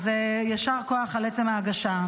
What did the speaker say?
אז יישר כוח על עצם ההגשה.